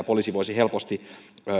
poliisi voisi helposti